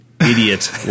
idiot